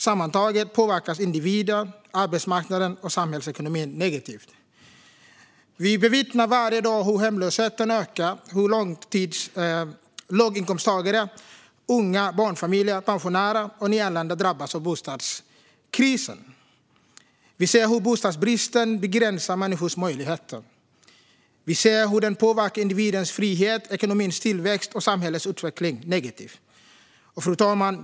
Sammantaget påverkas individen, arbetsmarknaden och samhällsekonomin negativt. Vi bevittnar varje dag hur hemlösheten ökar och hur låginkomsttagare, unga, barnfamiljer, pensionärer och nyanlända drabbas av bostadskrisen. Vi ser hur bostadsbristen begränsar människors möjligheter. Vi ser hur den påverkar individens frihet, ekonomins tillväxt och samhällets utveckling negativt.